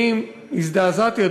אני הזדעזעתי,